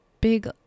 big